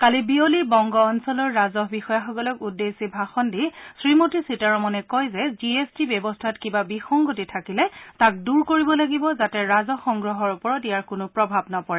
কালি বিয়লি বংগ অঞ্চলৰ ৰাজহ বিষয়াসকলক উদ্দেশ্যি ভাষণ দি শ্ৰীমতী সীতাৰমণে কয় যে জিএছটি ব্যৱস্থাত কিবা বিসংগতি থাকিলে তাক দূৰ কৰিব লাগিব যাতে ৰাজহ সংগ্ৰহৰ ওপৰত ইয়াৰ কোনো প্ৰভাৱ নপৰে